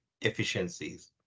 efficiencies